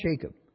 Jacob